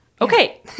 Okay